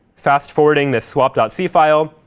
fast forwarding this swap c file.